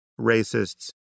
racists